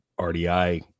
RDI